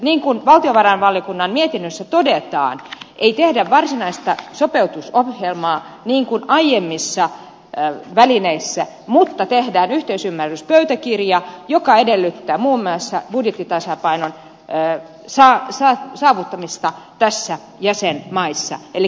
niin kuin valtiovarainvaliokunnan mietinnössä todetaan ei tehdä varsinaista sopeutusohjelmaa niin kuin aiemmissa välineissä vaan tehdään yhteisymmärryspöytäkirja joka edellyttää muun muassa budjettitasapainon saavuttamista näissä jäsenmaissa